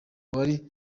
wari